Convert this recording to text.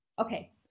Okay